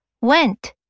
Went